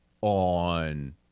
on